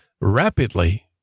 rapidly